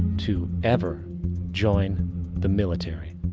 to ever join the military.